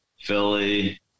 Philly